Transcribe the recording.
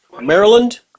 Maryland